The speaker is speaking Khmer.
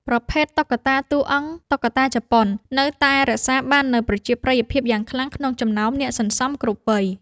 ប្រភេទ តុក្កតាតួអង្គតុក្កតាជប៉ុន នៅតែរក្សាបាននូវប្រជាប្រិយភាពយ៉ាងខ្លាំងក្នុងចំណោមអ្នកសន្សំគ្រប់វ័យ។